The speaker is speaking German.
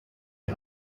die